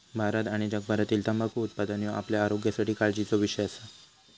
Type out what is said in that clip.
भारत आणि जगभरातील तंबाखू उत्पादन ह्यो आपल्या आरोग्यासाठी काळजीचो विषय असा